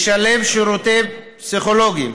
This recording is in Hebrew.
לשלב שירותים פסיכולוגיים